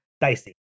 Dicey